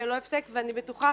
אני בטוחה